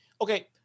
Okay